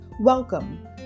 Welcome